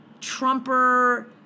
Trumper